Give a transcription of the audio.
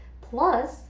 plus